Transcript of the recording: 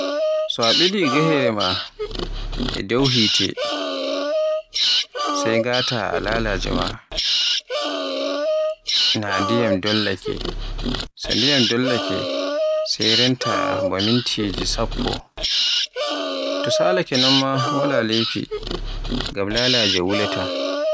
So a ɓili gahere ma e dow hite, sey ngàta laalaje maa. Naa ndiyam dollaake sai renta ba mintiji sappo, to salaake non ma wala leydi, ngam lalage wulaata.